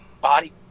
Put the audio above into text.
body